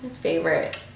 favorite